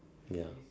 ya